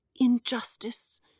injustice